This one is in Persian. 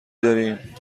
داریم